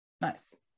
Nice